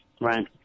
Right